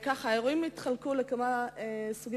האירועים התחלקו לכמה סוגים,